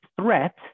threat